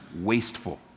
wasteful